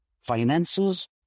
finances